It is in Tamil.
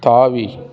தாவி